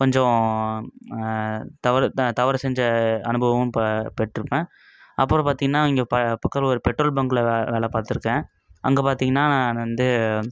கொஞ்சம் தவறு தவறு செஞ்ச அனுபவம் இப்போ பெற்றுருப்பேன் அப்புறம் பார்த்தீங்கன்னா இங்கே பக்கத்தில் ஒரு பெட்ரோல் பங்க்குல வேலை பாத்திருக்கேன் அங்கே பார்த்தீங்கன்னா நான் வந்து